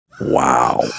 Wow